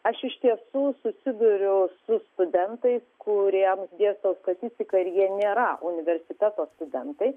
aš iš tiesų susiduriu su studentais kuriems dėstau statistiką ir jie nėra universiteto studentai